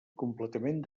completament